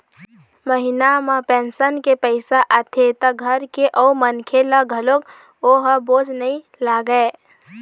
महिना म पेंशन के पइसा आथे त घर के अउ मनखे ल घलोक ओ ह बोझ नइ लागय